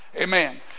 Amen